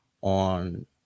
on